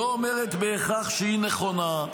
לא אומרת בהכרח שהיא נכונה.